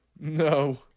No